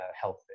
health